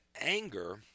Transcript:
anger